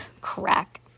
Crack